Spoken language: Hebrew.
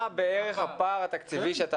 מה בערך הפער התקציבי?